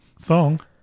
Thong